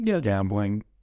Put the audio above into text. gambling